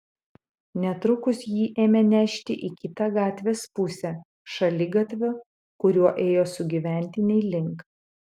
netrukus jį ėmė nešti į kitą gatvės pusę šaligatvio kuriuo ėjo sugyventiniai link